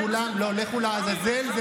כולם, אתה מברך שילכו לעזאזל.